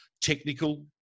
technical